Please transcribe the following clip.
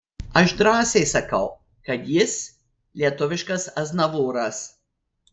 aš drąsiai sakau kad jis lietuviškas aznavūras